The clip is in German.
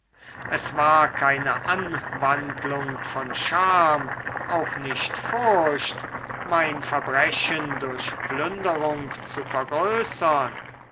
es war keine anwandlung von scham auch nicht furcht mein verbrechen durch plünderung zu vergrößern